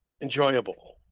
enjoyable